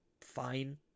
fine